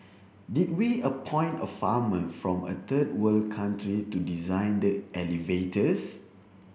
did we appoint a farmer from a third world country to design the elevators